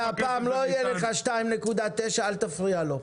הפעם לא תהיה לך קריאה 2.9. אל תפריע לו.